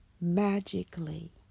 magically